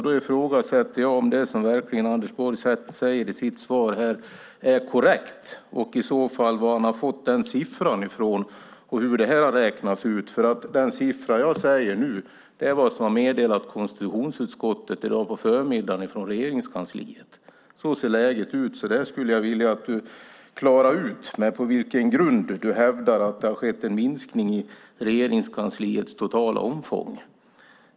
Då ifrågasätter jag om det som Anders Borg säger i sitt svar verkligen är korrekt och i så fall var han har fått den siffran ifrån och hur det har räknats ut. Den siffra jag tog upp nu är vad som har meddelats konstitutionsutskottet i dag på förmiddagen från Regeringskansliet. Så ser läget alltså ut. Det skulle jag vilja klara ut, alltså på vilken grund du hävdar att det har skett en minskning i Regeringskansliets totala omfång.